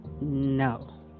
no